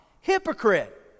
Hypocrite